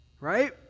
Right